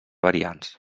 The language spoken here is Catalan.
variants